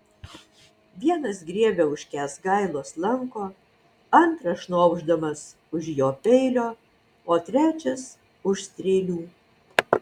vienas griebia už kęsgailos lanko antras šnopšdamas už jo peilio o trečias už strėlių